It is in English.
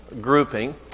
grouping